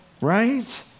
right